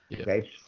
okay